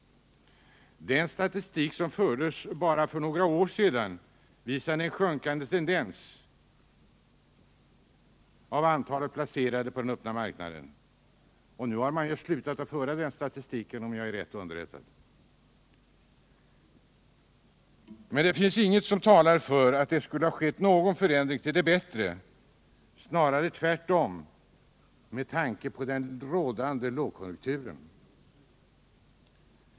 Den statistik som fördes bara för några år sedan visade en sjunkande tendens när det gällde antalet placerade på den öppna arbetsmarknaden. Nu har man, om jag är riktigt underrättad, slutat att föra den statistiken. Men det finns inget som talar för att det skulle ha skett någon förändring till det bättre, snarare tvärtom med tanke på den rådande lågkonjunkturen.